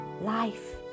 life